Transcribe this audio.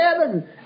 heaven